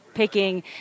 Picking